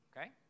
okay